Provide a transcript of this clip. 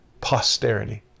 Posterity